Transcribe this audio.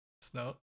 Snow